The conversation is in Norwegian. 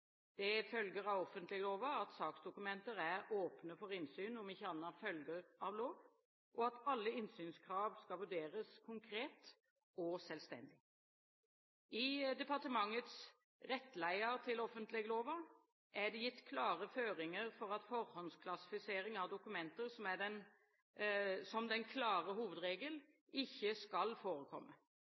Det følger av offentlighetsloven at saksdokumenter er åpne for innsyn om ikke annet følger av lov, og at alle innsynskrav vurderes konkret og selvstendig. I departementets Rettleiar til offentleglova er det gitt klare føringer for at forhåndsklassifisering av dokumenter som den klare hovedregel ikke skal forekomme.